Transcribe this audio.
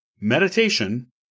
meditation